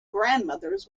grandmothers